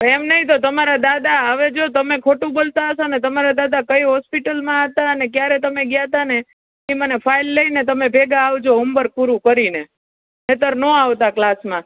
પણ એમ નહીં તો તમારા દાદા હવે જો તમે ખોટું બોલતા હશો ને તમારા દાદા કઈ હોસ્પિટલમાં હતા ને ક્યારે તમે ગયા હતા ને એ મને ફાઇલ લઈને તમે ભેગા આવજો હોમવર્ક પૂરું કરીને નહીંતર ન આવતા ક્લાસમાં